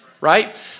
right